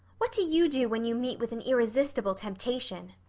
what do you do when you meet with an irresistible temptation?